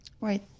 Right